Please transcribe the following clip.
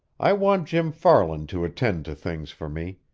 i want jim farland to attend to things for me.